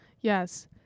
Yes